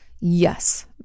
yes